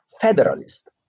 federalist